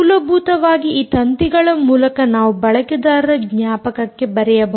ಮೂಲಭೂತವಾಗಿ ಈ ತಂತಿಗಳ ಮೂಲಕ ನಾವು ಬಳಕೆದಾರರ ಜ್ಞಾಪಕಕ್ಕೆ ಬರೆಯಬಹುದು